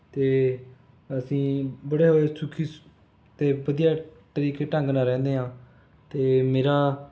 ਅਤੇ ਅਸੀਂ ਬੜੇ ਓਏ ਸੁਖੀ ਸ ਅਤੇ ਵਧੀਆ ਤਰੀਕੇ ਢੰਗ ਨਾਲ ਰਹਿੰਦੇ ਹਾਂ ਅਤੇ ਮੇਰਾ